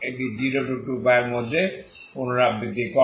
এটি 0 2π এর মধ্যে পুনরাবৃত্তি করে